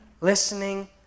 listening